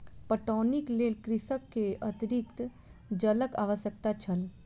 पटौनीक लेल कृषक के अतरिक्त जलक आवश्यकता छल